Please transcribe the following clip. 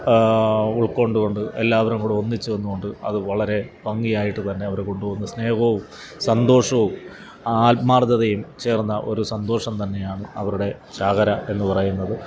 ഉൾക്കൊണ്ടുകൊണ്ട് എല്ലാവരുംകൂടെ ഒന്നിച്ച് നിന്നുകൊണ്ട് അത് വളരെ ഭംഗിയായിട്ട് തന്നെ അവര് കൊണ്ടു പോവുന്ന സ്നേഹവും സന്തോഷവും ആ ആത്മാർത്ഥതയും ചേർന്ന ഒരു സന്തോഷം തന്നെ ആണ് അവരുടെ ചാകര എന്നു പറയുന്നത്